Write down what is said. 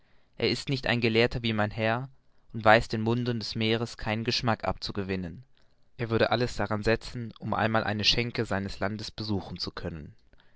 er ist nicht ein gelehrter wie mein herr und weiß den wundern des meeres keinen geschmack abzugewinnen er würde alles daran setzen um einmal eine schenke seines landes besuchen zu können